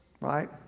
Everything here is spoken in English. right